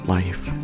life